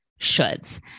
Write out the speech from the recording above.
shoulds